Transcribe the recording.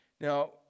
Now